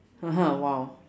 !wow!